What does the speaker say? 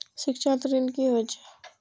शिक्षा ऋण की होय छै?